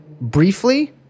briefly